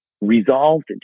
resolved